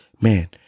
man